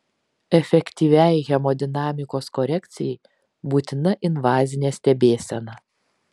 efektyviai hemodinamikos korekcijai būtina invazinė stebėsena